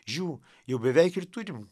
žiū jau beveik ir turime